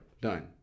done